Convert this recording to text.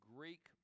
Greek